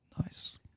Nice